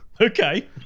Okay